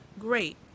great